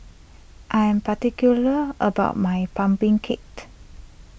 I am particular about my Pumpkin cate